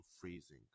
freezing